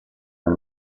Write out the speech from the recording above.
nel